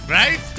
right